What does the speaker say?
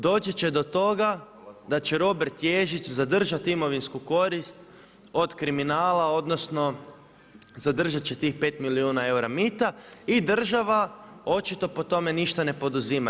Doći će do toga da će Robert Ježić zadržati imovinsku korist, od kriminala, odnosno, zadržati će tih 5 milijuna mita i država očito po tome ništa ne poduzima.